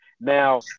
Now